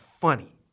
funny